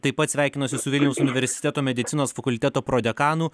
taip pat sveikinuosi su vilniaus universiteto medicinos fakulteto prodekanu